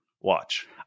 watch